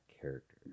character